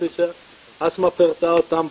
כפי שאסמאא פירטה אותם,